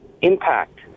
impact